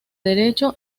derecho